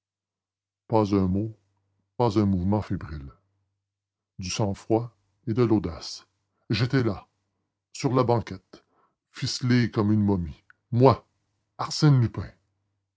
pas un mot pas un mouvement fébrile du sang-froid et de l'audace et j'étais là sur la banquette ficelé comme une momie moi arsène lupin